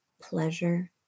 pleasure